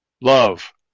love